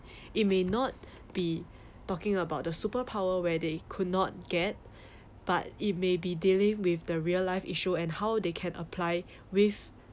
it may not be talking about the superpower where they could not get but it may be dealing with the real life issue and how they can apply with